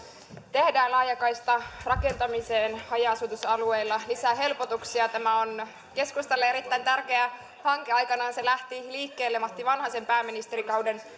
tehdään laajakaistarakentamiseen haja asutusalueilla lisää helpotuksia tämä on keskustalle erittäin tärkeä hanke aikanaan se lähti liikkeelle matti vanhasen pääministerikauden